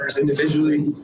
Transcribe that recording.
Individually